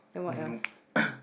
noob